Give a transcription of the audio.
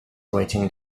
waiting